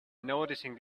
noticing